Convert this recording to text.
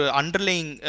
underlying